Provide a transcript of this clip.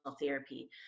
therapy